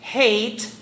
hate